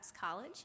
College